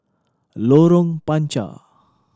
Lorong Panchar